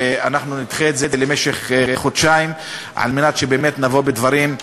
נדחה את זה למשך חודשיים על מנת שבאמת נבוא בדברים,